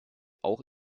auch